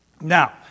Now